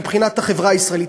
מבחינת החברה הישראלית,